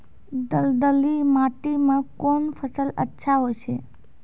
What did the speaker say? दलदली माटी म कोन फसल अच्छा होय छै?